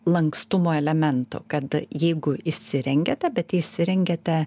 lankstumo elementų kad jeigu įsirengiate bet įsirengiate